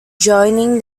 joining